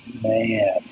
Man